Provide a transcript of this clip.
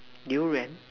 Durian